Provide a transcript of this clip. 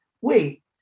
wait